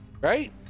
Right